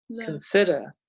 consider